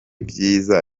byiza